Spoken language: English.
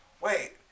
wait